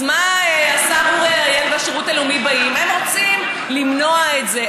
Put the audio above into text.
אז השר אורי אריאל והשירות הלאומי רוצים למנוע את זה.